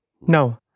No